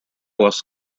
was